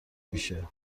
میشه